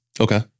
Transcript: Okay